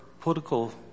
political